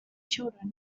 children